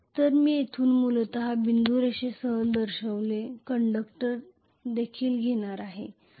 तर मी येथे मूलत बिंदू रेषेसह दर्शविलेले कंडक्टर देखील घेणार आहे